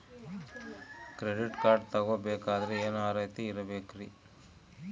Credit card ತೊಗೋ ಬೇಕಾದರೆ ಏನು ಅರ್ಹತೆ ಇರಬೇಕ್ರಿ?